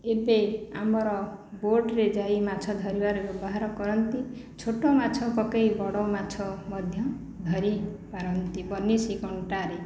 ଏବେ ଆମର ବୋଟ୍ ରେ ଯାଇ ମାଛ ଧରିବାର ବ୍ୟବହାର କରନ୍ତି ଛୋଟ ମାଛ ପକାଇ ବଡ଼ ମାଛ ମଧ୍ୟ ଧରିପାରନ୍ତି ବନିଶି କଣ୍ଟାରେ